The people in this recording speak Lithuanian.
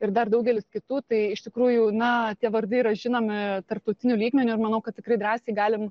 ir dar daugelis kitų tai iš tikrųjų na tie vardai yra žinomi tarptautiniu lygmeniuir manau kad tikrai drąsiai galim